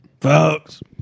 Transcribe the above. Folks